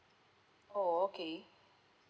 oh okay